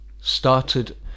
Started